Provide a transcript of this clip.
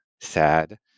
sad